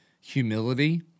humility